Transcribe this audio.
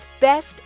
Best